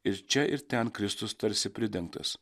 ir čia ir ten kristus tarsi pridengtas